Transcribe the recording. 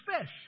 fish